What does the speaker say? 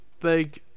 big